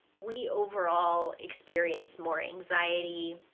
we overall experience more anxiety,